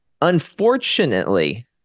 unfortunately